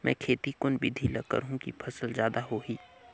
मै खेती कोन बिधी ल करहु कि फसल जादा होही